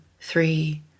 three